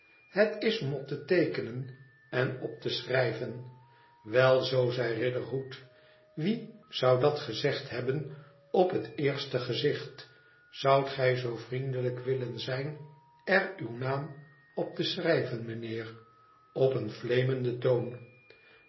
het is om op te teekenen en op te schrijven wel zoo zei riderhood wie zou dat gezegd hebben op het eerste gezicht z o u d t gij zoo vriendelijk willen zijn er uw naam op te schrijven meneer op een fleemenden toon